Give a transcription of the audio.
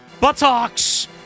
buttocks